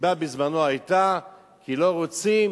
הסיבה בזמנו היתה, כי לא רוצים